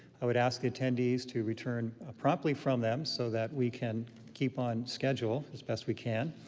i would ask attendees to return ah promptly from them so that we can keep on schedule as best we can.